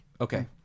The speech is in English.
Okay